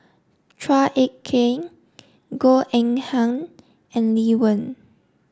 Chua Ek Kay Goh Eng Han and Lee Wen